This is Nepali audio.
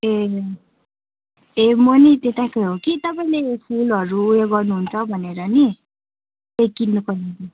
ए ए म नि त्यताकै हो कि तपाईँले फुलहरू उयो गर्नुहुन्छ भनेर नि त्यही किन्नुपर्ने थियो